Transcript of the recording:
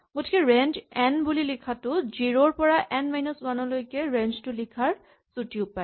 গতিকে range N বুলি লিখাটো জিৰ' ৰ পৰা এন মাইনাচ ৱান লৈ ৰেঞ্জ টো লিখাৰ চুটি উপায়